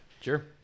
Sure